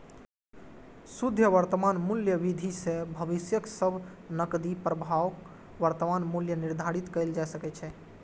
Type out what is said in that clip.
शुद्ध वर्तमान मूल्य विधि सं भविष्यक सब नकदी प्रवाहक वर्तमान मूल्य निर्धारित कैल जाइ छै